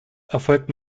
erfolgt